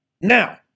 now